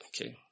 Okay